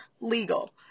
legal